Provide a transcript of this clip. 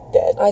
dead